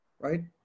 right